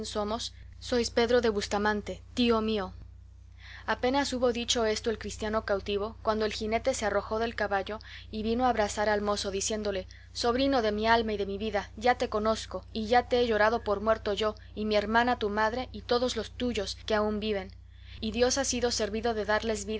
sois pedro de bustamante tío mío apenas hubo dicho esto el cristiano cautivo cuando el jinete se arrojó del caballo y vino a abrazar al mozo diciéndole sobrino de mi alma y de mi vida ya te conozco y ya te he llorado por muerto yo y mi hermana tu madre y todos los tuyos que aún viven y dios ha sido servido de darles